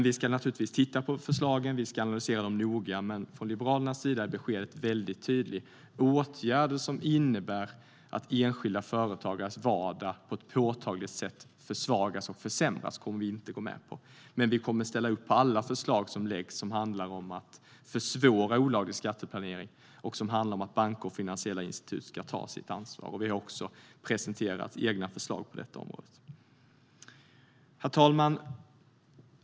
Vi ska givetvis titta på förslagen och analysera dem noga, men Liberalernas besked är tydligt: Vi kommer inte att gå med på åtgärder som innebär att enskilda företagares vardag försvagas och försämras. Vi kommer dock att ställa upp på alla förslag som läggs fram som handlar om att försvåra olaglig skatteplanering och att banker och finansiella institut ska ta sitt ansvar. Vi har också presenterat egna förslag på detta område. Herr talman!